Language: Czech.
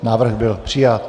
Návrh byl přijat.